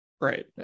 right